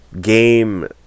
game